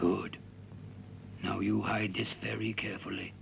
good no you hide just every carefully